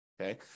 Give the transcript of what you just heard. Okay